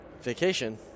vacation